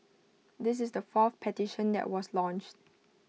this is the fourth petition that was launched